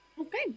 Okay